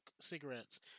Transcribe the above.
cigarettes